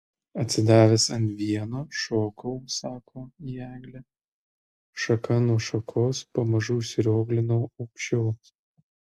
atsidavęs ant vieno šokau sako į eglę šaka nuo šakos pamažu užsirioglinau aukščiau